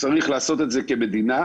צריך לעשות את זה כמדינה.